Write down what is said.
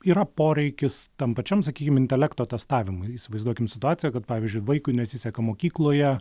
yra poreikis tam pačiam sakykim intelekto testavimui įsivaizduokim situaciją kad pavyzdžiui vaikui nesiseka mokykloje